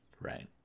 Right